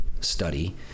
Study